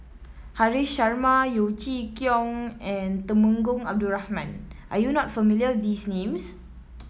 Haresh Sharma Yeo Chee Kiong and Temenggong Abdul Rahman are you not familiar these names